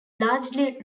largely